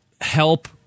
help –